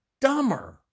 dumber